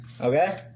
Okay